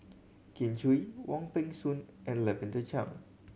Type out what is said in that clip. Kin Chui Wong Peng Soon and Lavender Chang